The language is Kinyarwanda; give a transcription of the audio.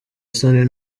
isoni